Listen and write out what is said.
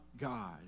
God